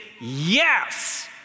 yes